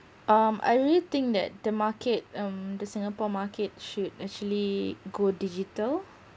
um I really think that the market um the singapore market should actually go digital